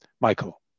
Michael